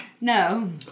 no